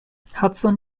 hudson